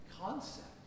concept